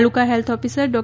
તાલુકા health officer ડો